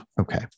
Okay